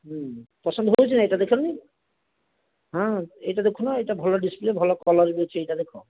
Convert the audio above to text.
ଉଁ ପସନ୍ଦ ହେଉଛି ନା ଏଇଟା ଦେଖିଲନି ହଁ ଏଇଟା ଦେଖୁନ ଏଇଟା ଭଲ ଡିସପ୍ଲେ ଭଲ କଲର୍ ବି ଅଛି ଏଇଟା ଦେଖ